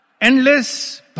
endless